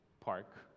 park